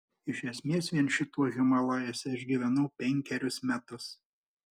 iš esmės vien šituo himalajuose aš gyvenau penkerius metus